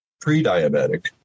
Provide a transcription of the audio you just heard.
pre-diabetic